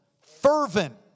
fervent